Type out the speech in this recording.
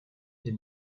les